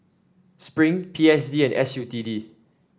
Spring P S D and S U T D